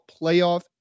playoff